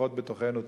לפחות בתוכנו.